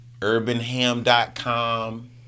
urbanham.com